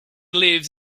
lives